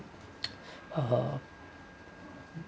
uh